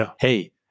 Hey